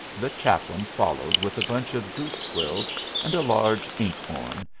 the chaplain followed with a bunch of goose-quills and a large ink-horn,